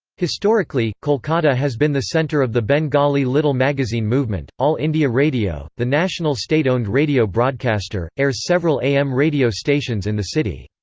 historically, kolkata has been the centre of the bengali little magazine movement all india radio, the national state-owned radio broadcaster, airs several am radio stations in the city.